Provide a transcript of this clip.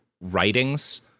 writings